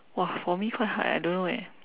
!wah! for me quite hard eh I don't know eh